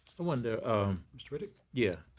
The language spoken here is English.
wonder mr. riddick? yeah